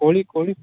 କୋଳି କୋଳି